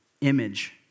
image